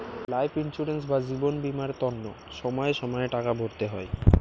life insurance বা জীবন বীমার তন্ন সময়ে সময়ে টাকা ভরতে হই